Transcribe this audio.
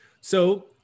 So-